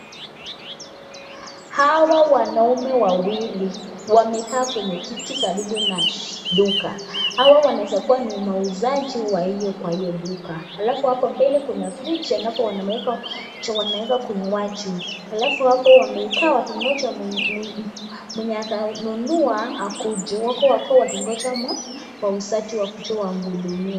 Hawa wanaume wawili wamekaa kwenye kiti karibu na duka. Hawa wanaeza kua ni wauzaji wa hilo duka. Alafu hapo mbele kuna Fridge ambapo wanaeka chenye wanaeka kinywaji. Alafu wamekaa wakingoja mwenye atanunua akuje. Wako hapo waki wauzaji wakuje wahudumie.